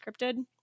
scripted